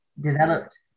developed